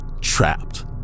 trapped